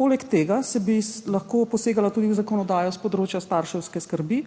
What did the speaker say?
Poleg tega bi se lahko poseglo tudi v zakonodajo s področja starševske skrbi.